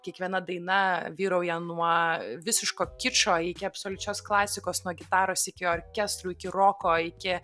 kiekviena daina vyrauja nuo visiško kičo iki absoliučios klasikos nuo gitaros iki orkestrų iki roko iki